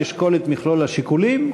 אני אשקול את מכלול השיקולים,